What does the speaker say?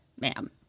ma'am